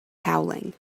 howling